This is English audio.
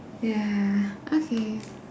ya okay